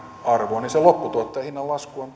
arvo niin sen lopputuotteen hinnanlasku on